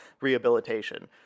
rehabilitation